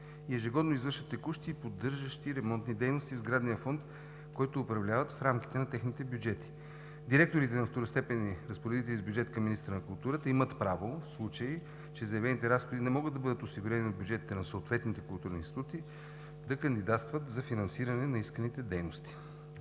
Ежегодно извършват текущи и поддържащи ремонтни дейности в сградния фонд, който управляват в рамките на техните бюджети. Директорите на второстепенни разпоредители с бюджет към министъра на културата имат право, в случай че заявените разходи не могат да бъдат осигурени от бюджетите на съответните културни институти, да кандидатстват за финансиране на исканите дейности.